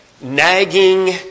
nagging